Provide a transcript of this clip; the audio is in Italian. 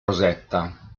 rosetta